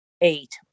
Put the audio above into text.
eight